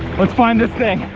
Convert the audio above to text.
let's find this thing.